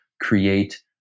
create